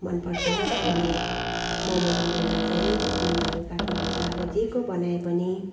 मनपर्छ अनि मोमो बनाउँदा चाहिँ किमाहरू काट्नुपर्छ अब जेको बनाए पनि